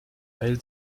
weil